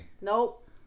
Nope